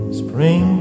spring